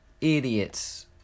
Idiots